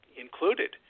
included